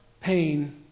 pain